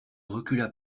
recula